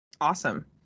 awesome